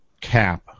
cap